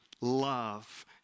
love